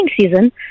season